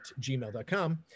gmail.com